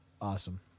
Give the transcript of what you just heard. awesome